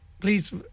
please